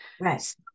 Right